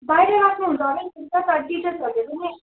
बाहिर राख्नुहुन्छ भने पनि ठिक छ तर टिचर्सहरूले पनि